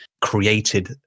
created